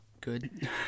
good